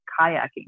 kayaking